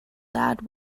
that